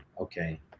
okay